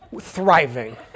thriving